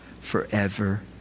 forever